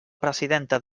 presidenta